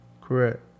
correct